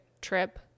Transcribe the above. trip